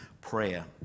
prayer